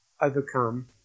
overcome